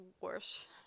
worse